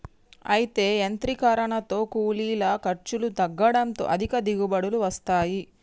అయితే యాంత్రీకరనతో కూలీల ఖర్చులు తగ్గడంతో అధిక దిగుబడులు వస్తాయి